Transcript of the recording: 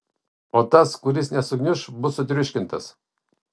o tas kuris nesugniuš bus sutriuškintas